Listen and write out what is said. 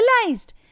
realized